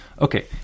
okay